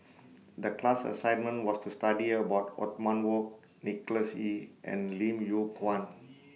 The class assignment was to study about Othman Wok Nicholas Ee and Lim Yew Kuan